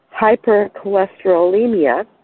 hypercholesterolemia